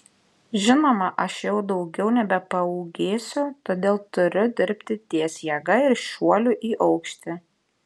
žinoma aš jau daugiau nebepaūgėsiu todėl turiu dirbti ties jėga ir šuoliu į aukštį